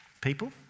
people